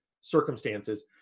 circumstances